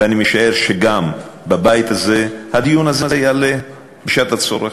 ואני משער שגם בבית הזה הדיון הזה יעלה בשעת הצורך,